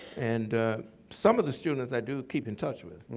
and some of the students i do keep in touch with.